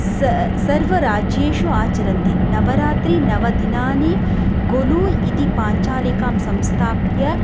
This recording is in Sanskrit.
सा सर्वराज्येषु आचरन्ति नवरात्रिः नवदिनानि गोलु इति पाञ्चालिकां संस्थाप्य